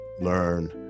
learn